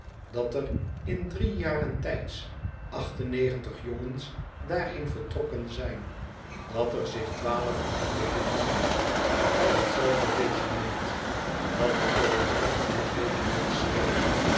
dat er in drie jaren tijds jongens daarheen vertrokken zijn dat er zich twaalf van hen bevinden bij hetzelfde regiment dat de kolonel van dit regiment schreef